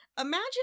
Imagine